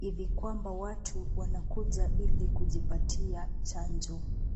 hivi kwamba watu wanakuja ili kujipatia chanjo.